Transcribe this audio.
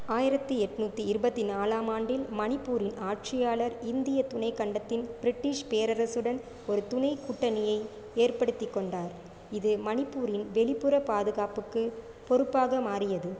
ஆயிரத்தி எட்ணூத்தி இருபத்தி நாலாம் ஆண்டில் மணிப்பூரின் ஆட்சியாளர் இந்தியத் துணைக்கண்டத்தின் பிரிட்டிஷ் பேரரசுடன் ஒரு துணை கூட்டணியை ஏற்படுத்திக் கொண்டார் இது மணிப்பூரின் வெளிப்புற பாதுகாப்புக்கு பொறுப்பாக மாறியது